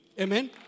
Amen